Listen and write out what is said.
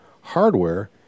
hardware